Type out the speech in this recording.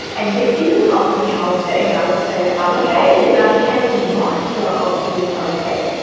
and yet, people would ask me how i was doing and i would say, i'm okay! you know i became the master of being okay.